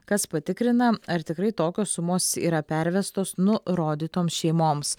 kas patikrina ar tikrai tokios sumos yra pervestos nurodytoms šeimoms